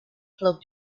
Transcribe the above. club